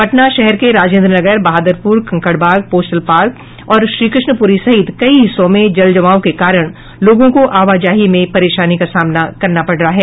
पटना शहर के Rajendra Nagar Bahadurpur Kankarbagh Postal Park और श्रीकृष्णपुरी सहित कई हिस्सों में जल जमाव के कारण लोगों को आवाजाही में परेशानी का सामना करना पड़ रहा है